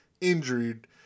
injured